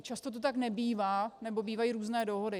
Často to tak nebývá nebo bývají různé dohody.